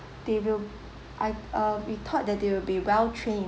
they will I uh we thought that they will be well trained